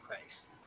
Christ